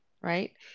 right